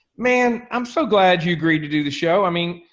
man, i'm so glad you agreed to do the show, i mean,